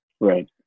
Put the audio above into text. Right